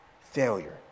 failure